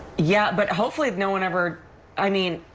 yeah but hopefully no one ever i mean,